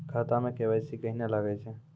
खाता मे के.वाई.सी कहिने लगय छै?